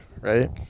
right